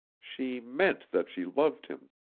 she meant that she loved him,